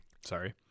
Sorry